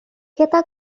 তাক